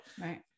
Right